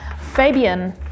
Fabian